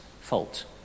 fault